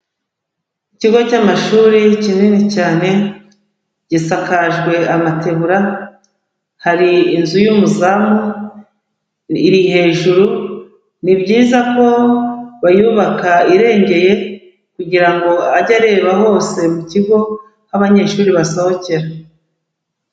Ikigo cy'amashuri kinini cyane, gisakajwe amategura, hari inzu y'umuzamu, iri hejuru, ni byiza ko bayubaka irengeye kugira ngo ajye areba hose mu kigo, aho abanyeshuri basohokera.